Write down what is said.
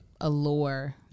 allure